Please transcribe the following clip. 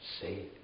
say